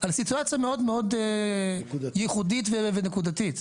על סיטואציה מאוד ייחודית ונקודתית.